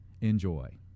Enjoy